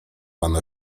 pan